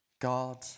God